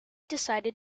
decided